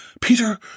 Peter